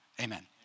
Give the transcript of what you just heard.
amen